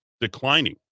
declining